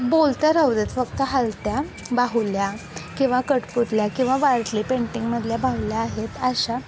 बोलत्या राहू देत फक्त हलत्या बाहुल्या किंवा कठपुतळ्या किंवा वारली पेंटिंगमधल्या बाहुल्या आहेत अशा